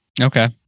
okay